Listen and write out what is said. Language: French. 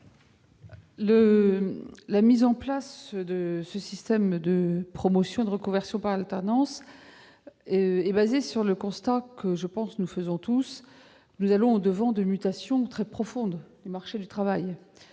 La mise en place de ce système de promotion ou de reconversion par alternance fait suite à un constat que nous faisons tous : nous allons au-devant de mutations très profondes du marché du travail.